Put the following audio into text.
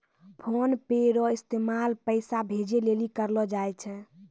PhonePe रो इस्तेमाल पैसा भेजे लेली करलो जाय छै